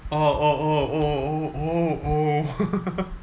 oh oh oh oh oh oh oh